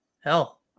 hell